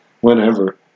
whenever